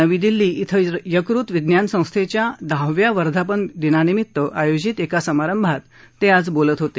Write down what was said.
नवी दिल्ली धिं यकृत विज्ञान संस्थेच्या दहाव्या वर्धापन दिनानिमित्त आयोजित एका समारंभात ते आज बोलत होते